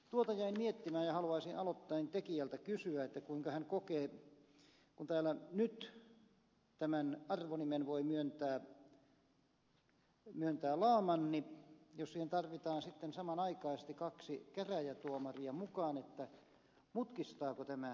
tuota jäin miettimään ja haluaisin aloitteen tekijältä kysyä kuinka hän kokee kun täällä nyt tämän arvonimen voi myöntää laamanni ja jos siihen tarvitaan sitten samanaikaisesti kaksi käräjätuomaria mukaan mutkistaako tämä tuota menettelyä